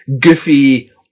goofy